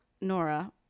Nora